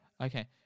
Okay